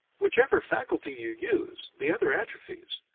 whichever faculty you use, the other atrophies,